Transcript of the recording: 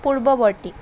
পূৰ্বৱৰ্তী